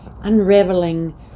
unraveling